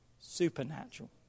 Supernatural